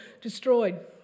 destroyed